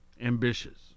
ambitious